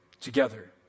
Together